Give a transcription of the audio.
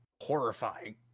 horrifying